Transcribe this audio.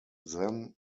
then